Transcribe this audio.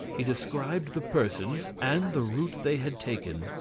he described the persons, and the route they had taken.